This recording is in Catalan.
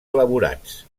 elaborats